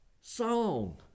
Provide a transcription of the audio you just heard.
song